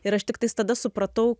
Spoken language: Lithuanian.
ir aš tiktais tada supratau